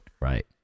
Right